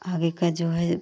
आगे का जो है